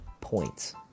points